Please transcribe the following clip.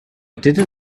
didn’t